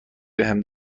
بهم